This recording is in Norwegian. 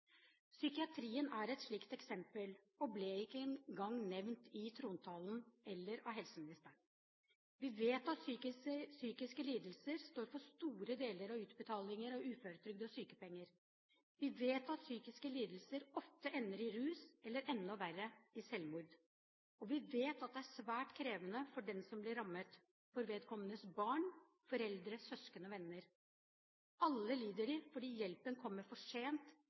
Psykiatrien er et slikt eksempel, men ble ikke engang nevnt i trontalen eller av helseministeren. Vi vet at psykiske lidelser står for store deler av utbetalingen av uføretrygd og sykepenger, vi vet at psykiske lidelser ofte ender i rus eller – enda verre – i selvmord, og vi vet at det er svært krevende for den som blir rammet, for vedkommendes barn, foreldre, søsken og venner. Alle lider de, fordi hjelpen kommer for sent,